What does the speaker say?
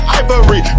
ivory